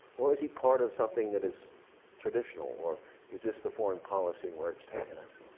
or is he part of something that is traditional, or is this the foreign policy and where it's taking us?